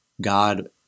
God